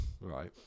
Right